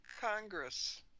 Congress